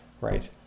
right